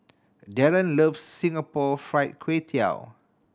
Daren loves Singapore Fried Kway Tiao